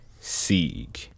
sieg